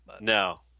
No